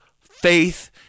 faith